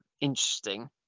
interesting